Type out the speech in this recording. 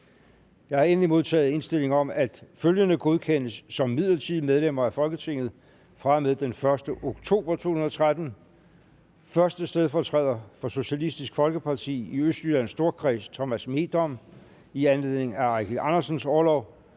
Jeg har endelig modtaget indstilling om, at følgende godkendes som midlertidige medlemmer af Folketinget fra og med den 1. oktober 2013: 1. stedfortræder for Socialistisk Folkeparti i Østjyllands Storkreds, Thomas Meedom, i anledning af Eigil Andersens orlov,